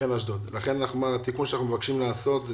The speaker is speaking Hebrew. לכן התיקון שאנחנו מבקשים לעשות זה